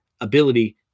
ability